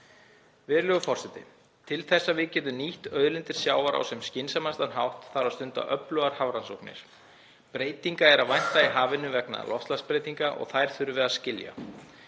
Virðulegur forseti. Til þess að við getum nýtt auðlindir sjávar á sem skynsamlegastan hátt þarf að stunda öflugar hafrannsóknir. Breytinga er að vænta í hafinu vegna loftslagsbreytinga og þær þurfum við að skilja.